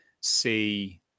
see